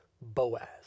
Boaz